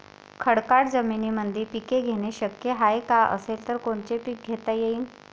खडकाळ जमीनीमंदी पिके घेणे शक्य हाये का? असेल तर कोनचे पीक घेता येईन?